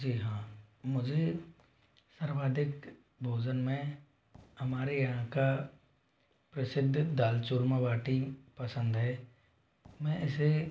जी हाँ मुझे सर्वाधिक भोजन में हमारे यहाँ का प्रसिद्ध दाल चूरमा बाटी पसंद है मैं इसे